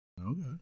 Okay